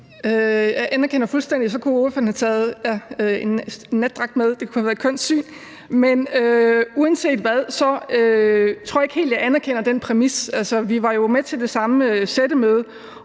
Jeg anerkender det fuldstændig; så kunne spørgeren have taget en natdragt med – det kunne have været et kønt syn. Men uanset hvad, så tror jeg ikke helt, at jeg anerkender den præmis. Altså, vi var jo med til det samme sættemøde.